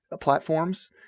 platforms